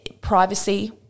privacy